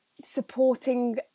supporting